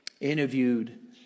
interviewed